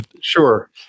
Sure